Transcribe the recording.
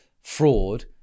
fraud